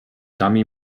dummy